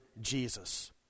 Jesus